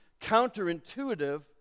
counterintuitive